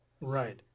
Right